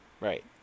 right